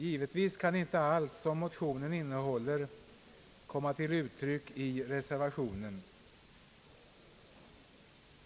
Givetvis kan inte allt som motionerna innehåller komma till uttryck i reservationen.